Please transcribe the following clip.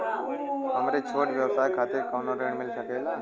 हमरे छोट व्यवसाय खातिर कौनो ऋण मिल सकेला?